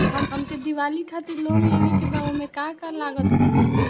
हमके दिवाली खातिर लोन लेवे के बा ओमे का का लागत बा?